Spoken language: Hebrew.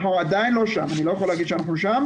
אנחנו עדיין לא שם, אני לא יכול להגיד שא נחנו שם,